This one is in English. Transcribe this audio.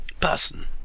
person